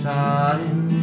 time